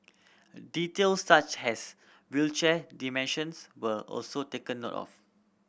details such has wheelchair dimensions were also taken note of